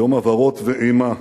יום עֲבָרוֹת ואימה,